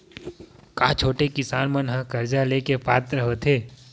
का छोटे किसान मन हा कर्जा ले के पात्र होथे?